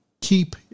keep